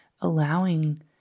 allowing